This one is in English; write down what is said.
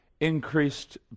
increased